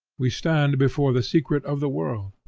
we stand before the secret of the world,